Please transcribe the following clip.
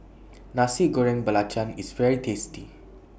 Nasi Goreng Belacan IS very tasty